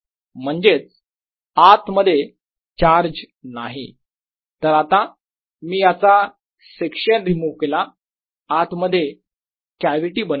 म्हणजेच आत मध्ये चार्ज नाही जर आता मी याचा सेक्शन रिमूव केला आत मध्ये कॅव्हिटी बनविण्यासाठी